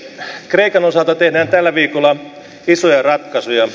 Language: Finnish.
kreikan osalta tehdään tällä viikolla isoja ratkaisuja